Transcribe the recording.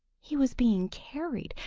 he was being carried.